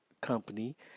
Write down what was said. Company